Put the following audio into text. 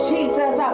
Jesus